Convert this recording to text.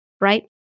right